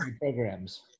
programs